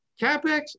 CapEx